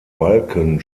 balken